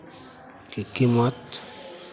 की कीमत